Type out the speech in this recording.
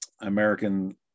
American